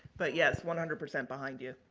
but yes, one hundred percent behind you.